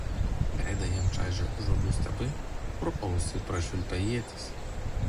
veidą jam čaižė žolių stiebai pro ausį prašvilpė ietis